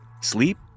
sleep